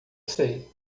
sei